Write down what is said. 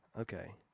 Okay